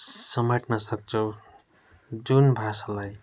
समेट्न सक्छौँ जुन भाषालाई